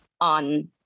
on